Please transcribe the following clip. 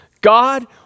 God